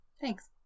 Thanks